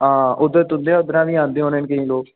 आं उद्धर तुंदे उद्धरा बी औंदे होने न केईं लोग